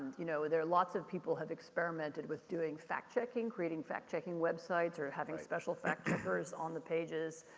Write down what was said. you know. there are lots of people have experimented with doing factchecking, creating factchecking websites or having special factcheckers on the pages.